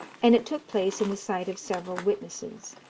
and it took place in the sight of several witnesses.